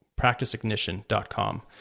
practiceignition.com